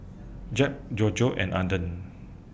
Jeb Georgette and Arden